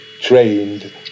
trained